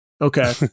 Okay